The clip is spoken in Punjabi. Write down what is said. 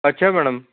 ਅੱਛਾ ਮੈਡਮ